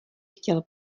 chtěl